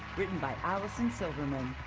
written by allison silverman.